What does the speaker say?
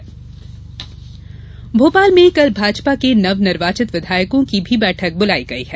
भाजपा बैठक भोपाल में कल भाजपा के नवनिर्वाचित विधायकों की भी बैठक बुलाई गई है